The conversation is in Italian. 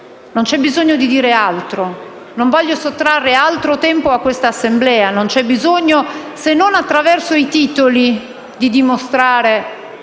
Non c'è bisogno di dire altro, non voglio sottrarre altro tempo a questa Assemblea; non c'è bisogno - se non attraverso i titoli - di dimostrare